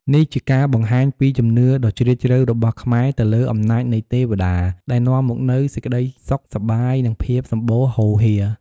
នេះជាការបង្ហាញពីជំនឿដ៏ជ្រាលជ្រៅរបស់ខ្មែរទៅលើអំណាចនៃទេវតា ដែលនាំមកនូវសេចក្តីសុខសប្បាយ និងភាពសម្បូរហូរហៀរ។